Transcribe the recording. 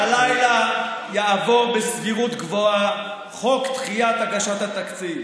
הלילה יעבור בסבירות גבוהה חוק דחיית הגשת התקציב.